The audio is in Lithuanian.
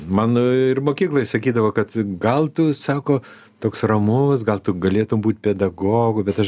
man ir mokykloj sakydavo kad gal tu sako toks ramus gal tu galėtum būt pedagogu bet aš